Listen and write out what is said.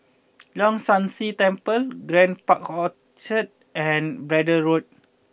Leong San See Temple Grand Park Orchard and Braddell Road